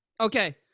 Okay